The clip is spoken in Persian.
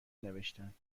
نوشتند